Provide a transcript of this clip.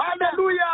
Hallelujah